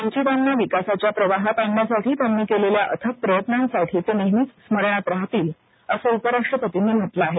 वंचितांना विकासाच्या प्रवाहात आणण्यासाठी त्यांनी केलेल्या अथक प्रयत्नांसाठी ते नेहमीच स्मरणात राहतील असं उपराष्ट्रपतींनी म्हटलं आहे